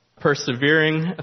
persevering